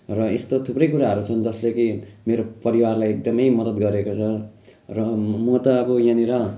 र यस्तो थुप्रै कुराहरू छन् जसले कि मेरो परिवारलाई एकदमै मदत गरेको छ र म त अब यहाँनेर